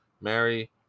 Mary